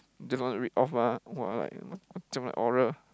just wanna read off ah !wah! like macam like oral